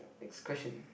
next question